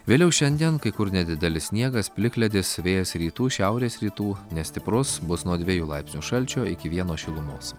vėliau šiandien kai kur nedidelis sniegas plikledis vėjas rytų šiaurės rytų nestiprus bus nuo dviejų laipsnių šalčio iki vieno šilumos